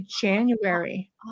January